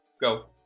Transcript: Go